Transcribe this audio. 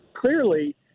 Clearly